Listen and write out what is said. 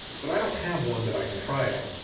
but i don't have one that i can try it on.